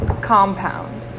compound